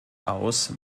aus